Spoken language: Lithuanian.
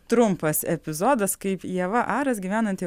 trumpas epizodas kaip ieva aras gyvenanti